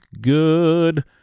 good